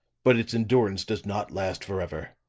but it's endurance does not last forever.